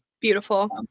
Beautiful